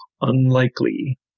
unlikely